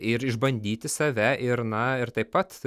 ir išbandyti save ir na ir taip pat